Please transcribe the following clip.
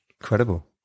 Incredible